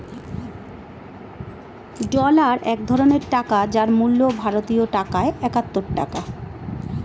dollar এক ধরনের টাকা যার মূল্য ভারতীয় টাকায় একাত্তর টাকা